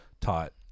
taught